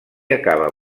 acaba